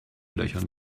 löchern